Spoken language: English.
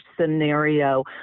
scenario